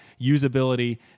usability